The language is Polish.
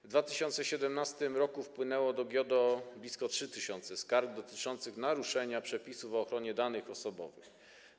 W 2017 r. wpłynęło do GIODO blisko 3 tys. skarg dotyczących naruszenia przepisów o ochronie danych osobowych.